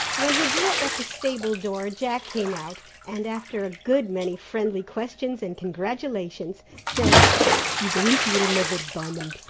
when he drew up at the stable-door, jack came out, and after a good many friendly questions and congratulations, said you go in to your mother, diamond.